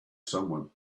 someone